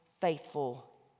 faithful